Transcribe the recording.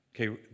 Okay